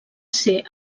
ser